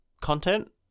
content